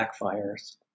backfires